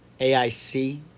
AIC